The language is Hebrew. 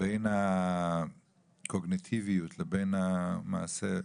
בין הקוגניטיביות לבין המעשה,